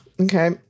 okay